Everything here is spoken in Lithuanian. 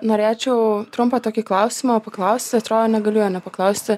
norėčiau trumpą tokį klausimą paklaust atrodo negaliu jo nepaklausti